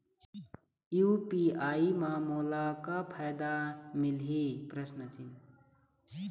UPI म मोला का फायदा मिलही?